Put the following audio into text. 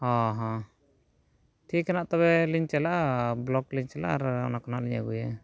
ᱦᱮᱸ ᱦᱮᱸ ᱴᱷᱤᱠ ᱱᱟᱜ ᱛᱚᱵᱮᱞᱤᱧ ᱪᱟᱞᱟᱜᱼᱟ ᱵᱞᱚᱠ ᱞᱤᱧ ᱪᱟᱞᱟᱜᱼᱟ ᱟᱨ ᱚᱱᱟ ᱠᱚ ᱱᱟᱜ ᱞᱤᱧ ᱟᱹᱜᱩᱭᱟ